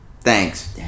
Thanks